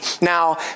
Now